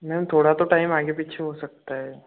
ma'am थोड़ा तो time आगे पीछे हो सकता है